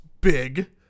big